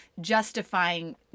justifying